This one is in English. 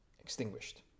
extinguished